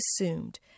assumed